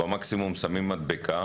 מקסימום שמים מדבקה,